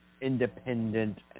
independent